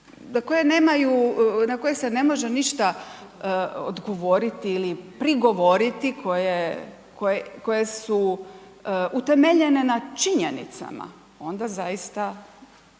na koje se ne može ništa odgovoriti ili prigovoriti, koje su utemeljene na činjenicama onda zaista